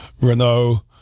Renault